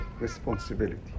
responsibility